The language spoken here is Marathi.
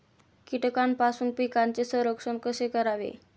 कीटकांपासून पिकांचे संरक्षण कसे करावे?